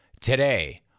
today